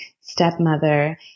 stepmother